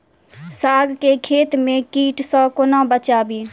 साग केँ खेत केँ कीट सऽ कोना बचाबी?